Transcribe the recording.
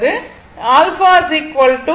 எனவேcos 1013